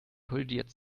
kollidiert